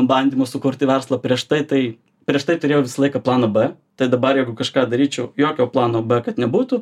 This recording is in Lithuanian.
bandymų sukurti verslą prieš tai tai prieš tai turėjau visą laiką planą b tai dabar jeigu kažką daryčiau jokio plano kad nebūtų